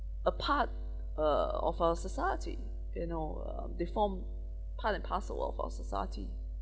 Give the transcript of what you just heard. a part uh of our society you know uh they form part and parcel of our society